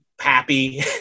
happy